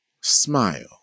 smile